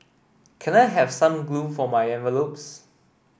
can I have some glue for my envelopes